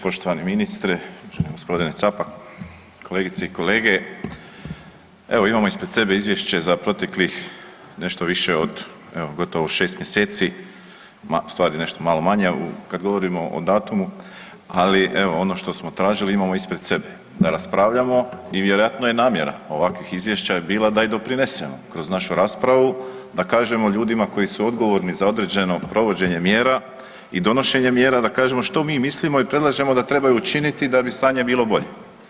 Poštovani ministre, uvaženi gospodine Capak, kolegice i kolege, evo imamo ispred sebe izvješće za proteklih nešto više od evo 6 mjeseci, u stvari nešto malo manje kad govorimo o datumu, ali evo ono što smo tražili imamo ispred sebe, da raspravljamo i vjerojatno je namjera ovakvih izvješća je bila da i doprinesemo kroz našu raspravu da kažemo ljudima koji su odgovorni za određeno provođenje mjera i donošenje mjera da kažemo što mi mislimo i predlažemo da trebaju učiniti da bi stanje bilo bolje.